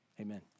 Amen